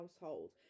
household